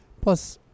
Plus